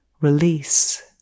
release